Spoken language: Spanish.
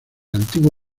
antiguo